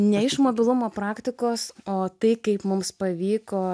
ne iš mobilumo praktikos o tai kaip mums pavyko